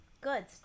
Good